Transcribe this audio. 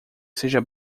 seja